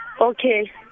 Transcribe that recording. okay